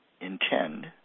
intend